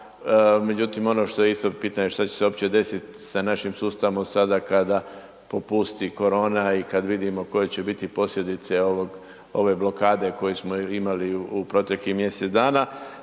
Međutim, ono što je isto pitanje što će se opće desit sa našim sustavom sada kada popusti korona i kad vidimo koje će biti posljedice ovog, ove blokade koju smo imali u proteklih mjesec dana.